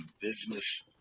business